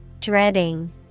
Dreading